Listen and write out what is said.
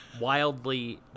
wildly